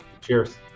cheers